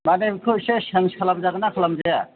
माने बेखौ एसे चेन्स खालामजागोनना खालामजाया